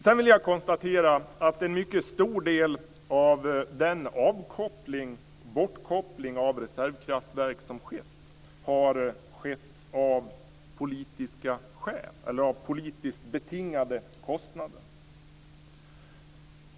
Sedan vill jag konstatera att en mycket stor del av den bortkoppling av reservkraftverk som skett har skett av politiska skäl, av politiskt betingade kostnader.